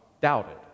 doubted